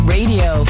Radio